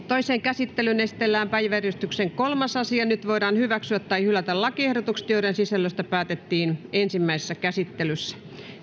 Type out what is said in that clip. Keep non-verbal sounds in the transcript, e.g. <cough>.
<unintelligible> toiseen käsittelyyn esitellään päiväjärjestyksen kolmas asia nyt voidaan hyväksyä tai hylätä lakiehdotukset joiden sisällöstä päätettiin ensimmäisessä käsittelyssä